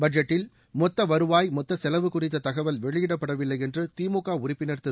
பட்ஜெட்டில் மொத்த வருவாய் மொத்த செலவு குறித்த தகவல் வெளியிடப்படவில்லை என்று திமுக உறுப்பினர் திரு